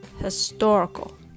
historical